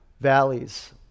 valleys